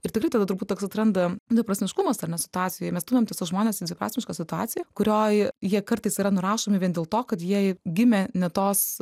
ir tikrai tada turbūt atsiranda dviprasmiškumas ar ne situacijoj mes stumiam tiesiog žmones į dviprasmišką situaciją kurioj jie kartais yra nurašomi vien dėl to kad jie gimė ne tos